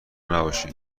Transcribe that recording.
نباشین